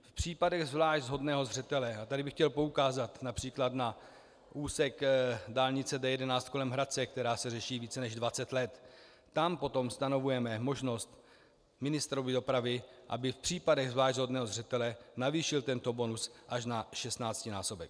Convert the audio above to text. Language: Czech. V případech zvlášť hodných zřetele, a tady bych chtěl poukázat např. na úsek dálnice D11 kolem Hradce, která se řeší více než dvacet let, tam potom stanovujeme možnost ministrovi dopravy, aby v případech zvlášť hodných zřetele navýšil tento bonus až na šestnáctinásobek.